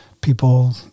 people